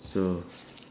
so